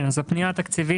הפנייה התקציבית